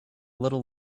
little